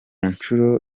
ishuri